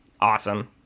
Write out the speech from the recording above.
Awesome